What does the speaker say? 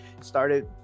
started